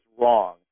wrong